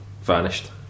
vanished